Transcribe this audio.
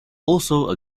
also